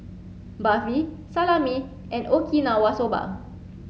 Barfi Salami and Okinawa Soba